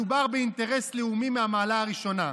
מדובר באינטרס לאומי מהמעלה הראשונה.